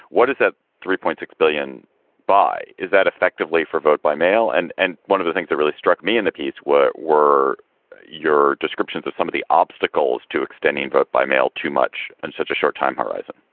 what is that, three point six billion buy? is that effectively four vote by mail? and and one of the things that really struck me in the piece were were your descriptions of some of the obstacles to extending vote by mail too much in such a short time horizon?